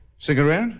Cigarette